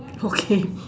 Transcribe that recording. okay